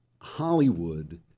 Hollywood